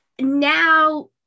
now-